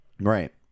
right